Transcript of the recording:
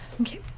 Okay